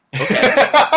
Okay